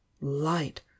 Light